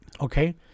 okay